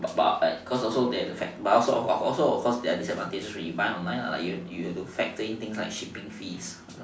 but cause also that a but also also also there are disadvantages when you buy online lah you have to you have to factor in the things like shipping fees